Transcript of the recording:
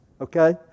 okay